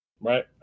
right